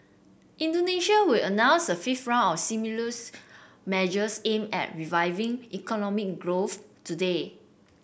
Indonesia will announce a fifth round of stimulus measures aimed at reviving economic growth today